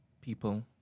people